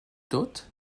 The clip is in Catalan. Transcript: tot